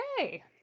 Okay